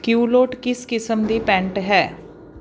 culotte ਕਿਸ ਕਿਸਮ ਦੀ ਪੈਂਟ ਹੈ